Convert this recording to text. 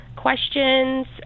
questions